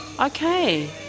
Okay